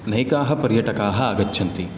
नैकाः पर्यटकाः आगच्छन्ति